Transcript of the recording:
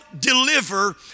deliver